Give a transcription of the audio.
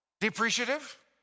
depreciative